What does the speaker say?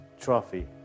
Trophy